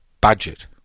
budget